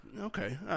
Okay